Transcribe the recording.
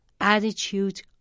Attitude